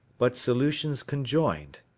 but solutions conjoined.